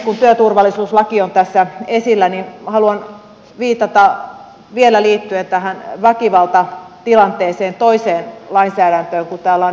kun työturvallisuuslaki on tässä esillä niin haluan viitata vielä väkivaltatilanteeseen liittyen toiseen lainsäädäntöön kun täällä on ministeri paikalla